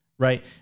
Right